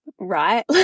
right